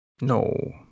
No